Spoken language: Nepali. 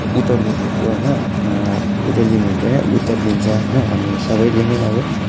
उत्तर दिनुहुन्छ होइन उत्तर दिनुहुन्छ होइन उत्तर दिन्छ होइन हामी सबैले नै अब